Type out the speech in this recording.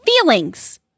Feelings